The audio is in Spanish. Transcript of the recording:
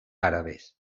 árabes